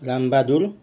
Ram Bahadur